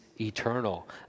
eternal